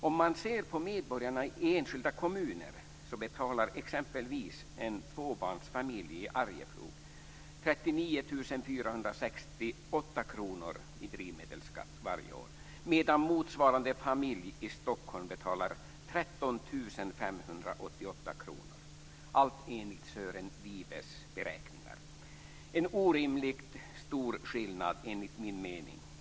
Om man ser på medborgarna i enskilda kommuner finner man att exempelvis en tvåbarnsfamilj i Arjeplog betalar Detta är enligt min mening en orimligt stor skillnad som måste åtgärdas.